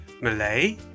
Malay